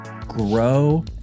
grow